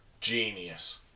Genius